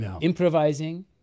improvising